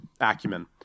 acumen